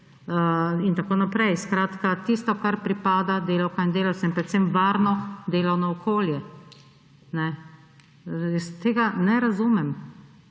in tako naprej, skratka tisto, kar pripada delavkam in delavcem, predvsem varno delovno okolje. Jaz tega ne razumem.